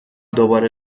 دوباره